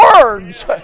words